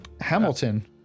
Hamilton